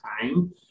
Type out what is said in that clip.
time